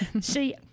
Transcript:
See